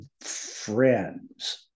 friends